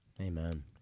Amen